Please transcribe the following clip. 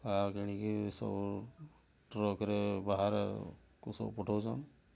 ଆଉ କିଣିକି ସବୁ ଟ୍ରକ୍ରେ ବାହାରକୁ ସବୁ ପଠଉଛନ୍ତି